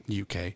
UK